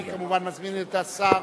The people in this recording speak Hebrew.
אני כמובן מזמין את השר